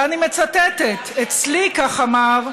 ואני מצטטת: אצלי כך אמר,